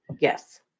Yes